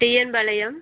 D N Palayam